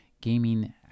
gaming